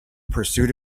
pursuit